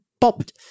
popped